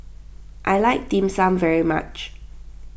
I like Dim Sum very much